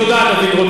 תודה, דוד רותם.